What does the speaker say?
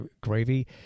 gravy